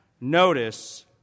Notice